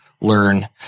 learn